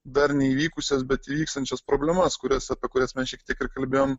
dar neįvykusias bet įvyksiančias problemas kurias apie kurias mes šiek tiek ir kalbėjom